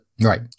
Right